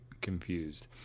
confused